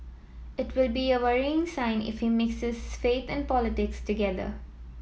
it will be a worrying sign if he mixes faith and politics together